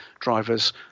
drivers